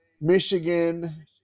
Michigan